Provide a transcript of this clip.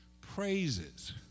praises